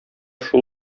шул